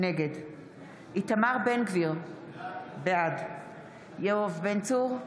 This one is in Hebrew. נגד איתמר בן גביר, בעד יואב בן צור,